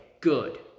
good